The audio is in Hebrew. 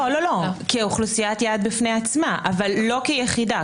לא, לא, כאוכלוסיית יעד בפני עצמה אבל לא כיחידה.